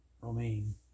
Romain